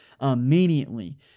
immediately